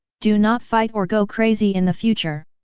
do not fight or go crazy in the future!